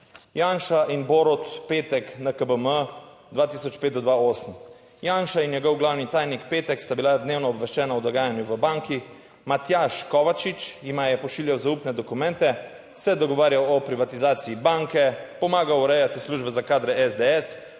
Janša in Borut Petek, NKBM, 2005 do 2008. Janša in njegov glavni tajnik Petek sta bila dnevno obveščena o dogajanju v banki, Matjaž Kovačič jima je pošiljal zaupne dokumente, se dogovarjal o privatizaciji banke, pomagal urejati službe za kadre SDS,